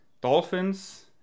dolphins